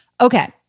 Okay